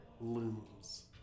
looms